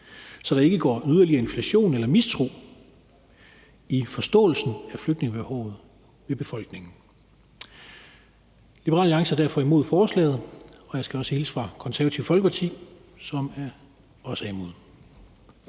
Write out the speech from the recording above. så der ikke gåryderligere inflation eller der kommer mistro i forståelsen af flygtningebehovet i befolkningen. Liberal Alliance er derfor imod forslaget, og jeg skal også hilse fra Det Konservative Folkeparti, som også er imod.